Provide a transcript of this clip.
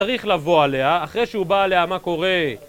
צריך לבוא עליה, אחרי שהוא בא עליה, מה קורה?